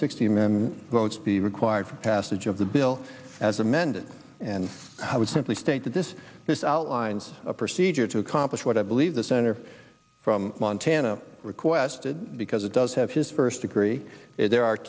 then votes the required for passage of the bill as amended and i would simply state that this this outlines a procedure to accomplish what i believe the senator from montana requested because it does have his first degree there are